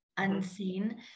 Unseen